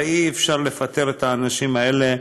הרי אי-אפשר לפטר את האנשים האלה,